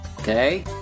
Okay